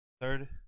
Third